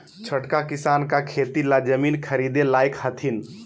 छोटका किसान का खेती ला जमीन ख़रीदे लायक हथीन?